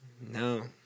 No